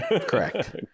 Correct